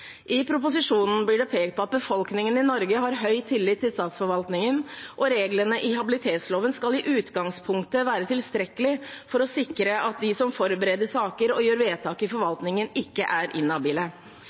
I proposisjonen blir det pekt på at befolkningen i Norge har høy tillit til statsforvaltningen, og reglene i habilitetsloven skal i utgangspunktet være tilstrekkelige for å sikre at de som forbereder saker og gjør vedtak i